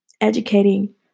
Educating